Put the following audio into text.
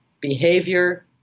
behavior